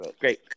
great